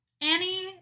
Annie